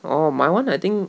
orh my one I think